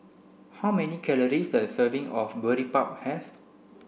how many calories does a serving of Boribap have